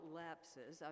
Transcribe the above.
lapses